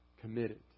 committed